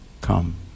Come